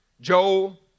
Joel